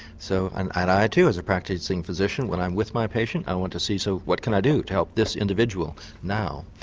so i, too, as a practising physician, when i'm with my patient i want to see so what can i do to help this individual now.